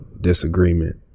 disagreement